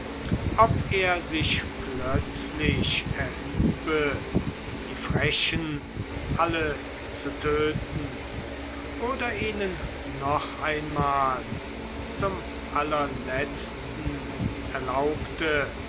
ob er sich plötzlich erhübe die frechen alle zu töten oder ihnen noch einmal zum allerletzten erlaubte